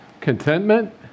Contentment